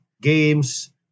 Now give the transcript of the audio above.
games